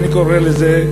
אני קורא לזה,